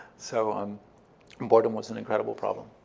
so um and boredom was an incredible problem.